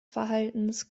verhaltens